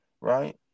right